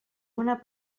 una